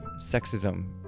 sexism